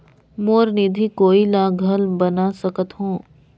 मोर निधि कोई ला घल बना सकत हो?